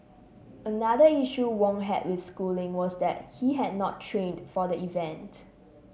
another issue Wong had with schooling was that he had not trained for the event